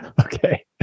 Okay